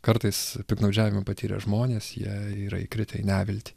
kartais piktnaudžiavimą patyrę žmonės jie yra įkritę į neviltį